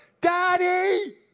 Daddy